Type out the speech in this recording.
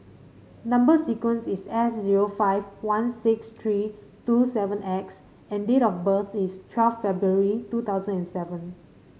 number sequence is S zero five one six three two seven X and date of birth is twelve February two thousand and seven